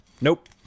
nope